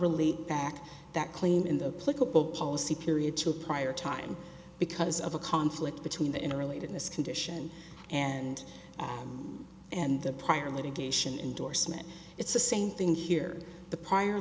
really back that claim in the political policy period to a prior time because of a conflict between the inner related this condition and and the prior litigation indorsement it's the same thing here the prior